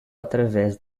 através